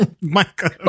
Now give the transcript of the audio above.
Michael